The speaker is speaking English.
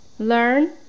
Learn